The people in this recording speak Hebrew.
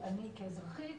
אני כאזרחית,